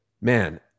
man